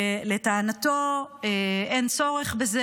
לטענתו אין צורך בזה.